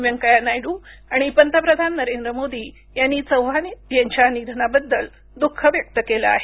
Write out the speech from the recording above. व्यंकय्या नायडू आणि पंतप्रधान नरेंद्र मोदी यांनी चौहान यांच्या निधनाबद्दल द्ःख व्यक्त केलं आहे